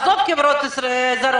עזוב את החברות הזרות.